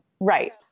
Right